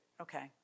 Okay